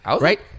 right